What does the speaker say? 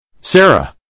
Sarah